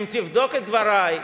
אם תבדוק את דברי,